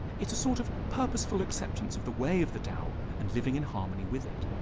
it's a sort of purposeful acceptance of the way of the dao and living in harmony with it.